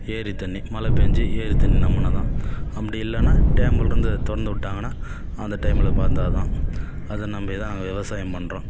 ஏரி தண்ணி மழை பேய்ஞ்சி ஏரி தண் ரொம்புனா தான் அப்படி இல்லைன்னா டேமுலேருந்து திறந்து விட்டாங்கன்னா அந்த டைமில் வந்தால் தான் அதை நம்பி தான் விவசாயம் பண்றோம்